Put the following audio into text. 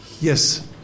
Yes